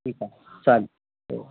ठीक आहे चालेल हो